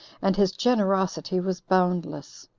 and his generosity was boundless.